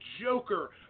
Joker